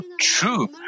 true